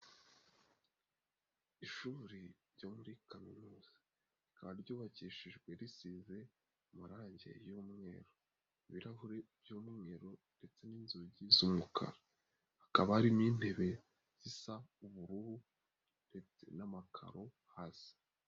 Ishuri ryo muri kaminuza, rikaba ryubakishijwe risize amarange y'umweru, ibirahuri by'umweru ndetse n'inzugi z'umukara, hakaba hari n'intebe zisa ubururu ndetse n'amakaro, hasi.